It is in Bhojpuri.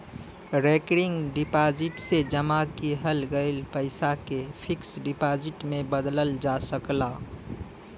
रेकरिंग डिपाजिट से जमा किहल गयल पइसा के फिक्स डिपाजिट में बदलल जा सकला